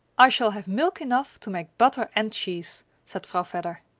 i shall have milk enough to make butter and cheese, said vrouw vedder.